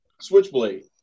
Switchblade